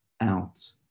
Out